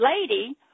lady